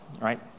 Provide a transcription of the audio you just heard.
right